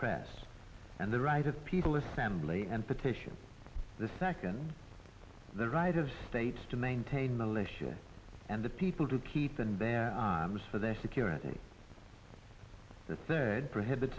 press and the right of people assembly and petition the second the right of states to maintain militia and the people to keep and bear arms for their security the third prohibit